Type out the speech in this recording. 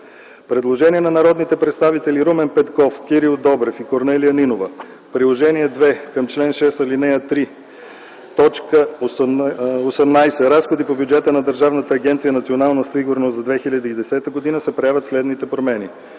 Предложение на народните представители Румен Петков, Кирил Добрев и Корнелия Нинова: В Приложение № 2 към чл. 6, ал. 3, т. ХVІІІ „Разходи по бюджета на Държавната агенция „Национална сигурност” за 2010 г.” се правят следните промени: